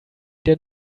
der